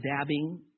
dabbing